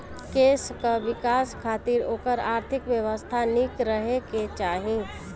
देस कअ विकास खातिर ओकर आर्थिक व्यवस्था निक रहे के चाही